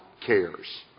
cares